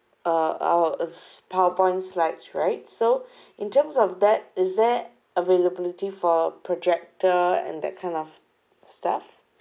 uh our uh powerpoint slides right so in terms of that is there availability for projector and that kind of stuff